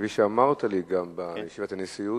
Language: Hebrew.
כפי שאמרת לי גם בישיבת הנשיאות,